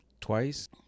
twice